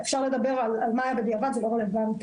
אפשר לדבר על מה שהיה בדיעבד אבל זה לא רלוונטי.